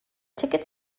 ticket